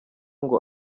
ngo